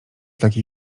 taki